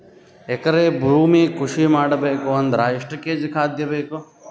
ಎಕರೆ ಭೂಮಿ ಕೃಷಿ ಮಾಡಬೇಕು ಅಂದ್ರ ಎಷ್ಟ ಕೇಜಿ ಖಾದ್ಯ ಬೇಕು?